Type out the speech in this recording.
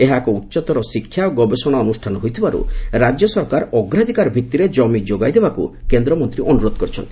ଏହା ଏକ ଉଚ୍ଚତର ଶିକ୍ଷା ଓ ଗବେଷଣା ଅନୁଷ୍ଠାନ ହୋଇଥିବାରୁ ରାଜ୍ୟ ସରକାର ଅଗ୍ରାଧକାର ଭିତିରେ ଜମି ଯୋଗାଇ ଦେବାକୁ କେନ୍ଦ୍ରମନ୍ତୀ ଅନ୍ରରୋଧ କରିଥିଲେ